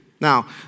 Now